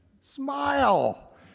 smile